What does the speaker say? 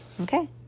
Okay